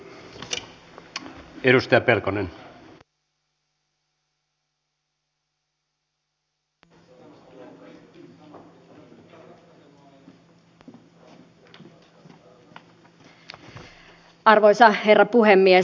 arvoisa herra puhemies